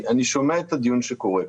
אני שומע את הדיון שקורה פה,